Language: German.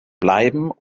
bleiben